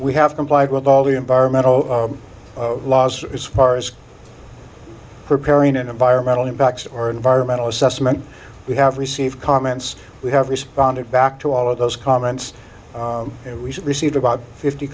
we have complied with all the environmental laws as far as preparing an environmental impact or environmental assessment we have received comments we have responded back to all of those comments it was received about fifty